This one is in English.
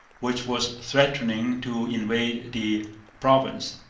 which was threatening to invade the province.